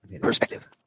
perspective